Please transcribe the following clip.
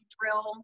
drill